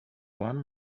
one